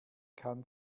kann